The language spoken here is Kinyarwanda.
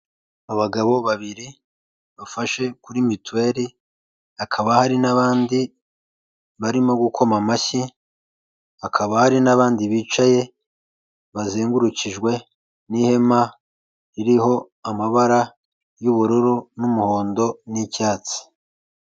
Abagabo babiri bafashe kuri mituweli hakaba hari n'abandi barimo gukoma amashyi, hakaba hari n'abandi bicaye bazengurukijwe n'ihema ririho amabara y'ubururu n'umuhondo n'icyatsi.